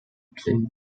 played